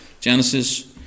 Genesis